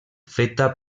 feta